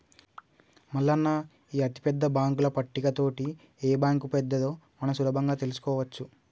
మల్లన్న ఈ అతిపెద్ద బాంకుల పట్టిక తోటి ఏ బాంకు పెద్దదో మనం సులభంగా తెలుసుకోవచ్చు